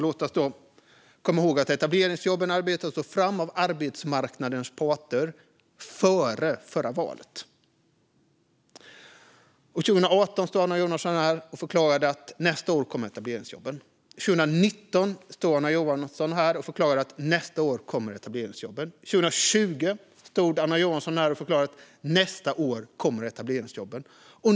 Låt oss då komma ihåg att etableringsjobben arbetades fram av arbetsmarknadens parter före förra valet, och 2018 stod Anna Johansson här och förklarade att nästa år kommer etableringsjobben. År 2019 stod Anna Johansson här och förklarade att nästa år kommer etableringsjobben. År 2020 stod Anna Johansson här och förklarade att nästa år kommer etableringsjobben.